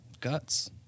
guts